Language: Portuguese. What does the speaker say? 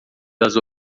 das